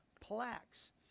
plaques